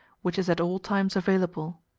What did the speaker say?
which is at all times available.